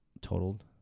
totaled